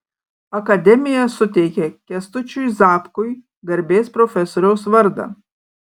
akademija suteikė kęstučiui zapkui garbės profesoriaus vardą